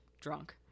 drunk